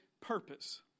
Purpose